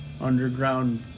underground